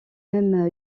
même